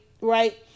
right